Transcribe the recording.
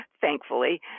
thankfully